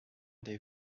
des